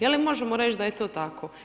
Je li možemo reći da je to tako?